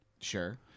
Sure